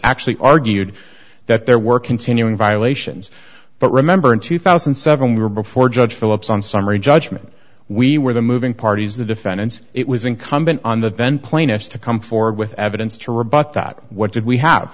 actually argued that there were continuing violations but remember in two thousand and seven we were before judge philips on summary judgment we were moving parties the defendants it was incumbent on the ben plaintiffs to come forward with evidence to rebut that what did we have